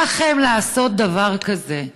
אל לכם לעשות דבר כזה.